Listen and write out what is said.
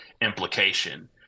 implication